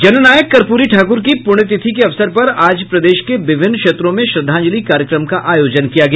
जननायक कर्प्री ठाक्र की पूण्यतिथि के अवसर पर आज प्रदेश के विभिन्न क्षेत्रों में श्रद्वांजलि कार्यक्रम का आयोजन किया गया